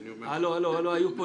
הלו, הלו, הלו.